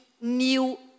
new